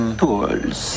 tools